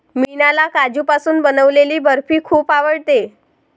मीनाला काजूपासून बनवलेली बर्फी खूप आवडते